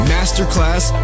Masterclass